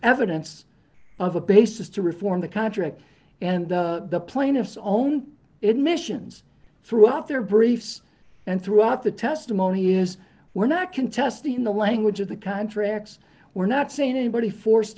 evidence of a basis to reform the contract and the plaintiffs own it missions throughout their briefs and throughout the testimony is we're not contesting the language of the contracts we're not saying anybody forced